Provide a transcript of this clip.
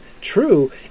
true